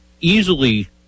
easily